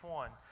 one